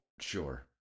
Sure